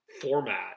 format